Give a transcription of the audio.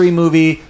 movie